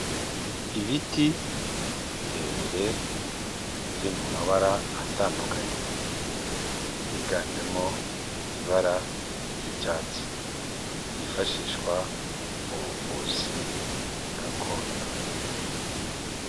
Ibiti birebire biri mu mabara atandukanye higanjemo ibara ry'icyatsi byifashishwa mu buvuzi gakondo.